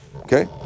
okay